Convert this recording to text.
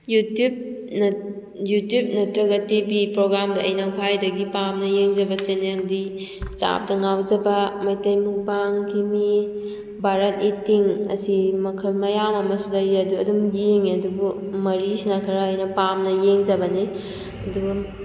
YouTube YouTube ꯅꯠꯇ꯭ꯔꯒ TV ꯄ꯭ꯔꯣꯒ꯭ꯔꯥꯝꯗ ꯑꯩꯅ ꯈ꯭ꯋꯥꯏꯗꯒꯤ ꯄꯥꯝꯅ ꯌꯦꯡꯖꯕ ꯆꯦꯟꯅꯦꯜꯗꯤ ꯆꯥꯕꯗ ꯉꯥꯎꯖꯕ ꯃꯩꯇꯩ ꯃꯨꯛꯕꯥꯡ ꯀꯤꯃꯤ ꯚꯥꯔꯠ ꯏꯇꯤꯡ ꯑꯁꯤ ꯃꯈꯜ ꯃꯌꯥꯝ ꯑꯃ ꯁꯤꯗꯒꯤ ꯑꯗꯨꯝ ꯌꯦꯡꯉꯦ ꯑꯗꯨꯕꯨ ꯃꯔꯤꯁꯤꯅ ꯈꯔ ꯑꯩꯅ ꯄꯥꯝꯅ ꯌꯦꯡꯖꯕꯅꯤ ꯑꯗꯨ